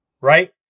Right